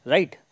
Right